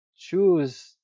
choose